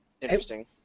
interesting